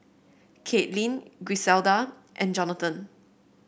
Caitlyn Griselda and Jonathan